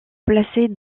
placées